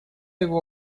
его